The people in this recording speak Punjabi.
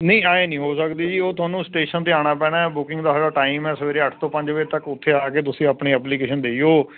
ਨਹੀਂ ਐਂ ਨਹੀਂ ਹੋ ਸਕਦੀ ਜੀ ਉਹ ਤੁਹਾਨੂੰ ਸਟੇਸ਼ਨ 'ਤੇ ਆਉਣਾ ਪੈਣਾ ਬੁਕਿੰਗ ਦਾ ਹੋਇਆ ਟਾਈਮ ਸਵੇਰੇ ਅੱਠ ਤੋਂ ਪੰਜ ਵਜੇ ਤੱਕ ਉੱਥੇ ਆ ਕੇ ਤੁਸੀਂ ਆਪਣੀ ਐਪਲੀਕੇਸ਼ਨ ਦੇ ਜੋ